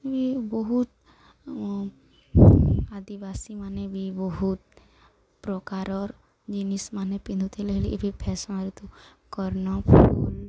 ବି ବହୁତ ଆଦିବାସୀ ମାନେ ବି ବହୁତ ପ୍ରକାରର ଜିନିଷ୍ ମାନେ ପିନ୍ଧୁଥିଲେ ହେଲେ ଏବେ ଫ୍ୟାସନ୍ରେ ତ କର୍ଣ୍ଣ ଫୁଲ୍